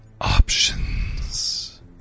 options